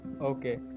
Okay